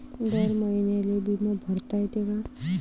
दर महिन्याले बिमा भरता येते का?